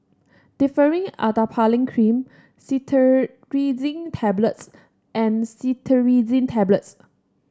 Differin Adapalene Cream Cetirizine Tablets and Cetirizine Tablets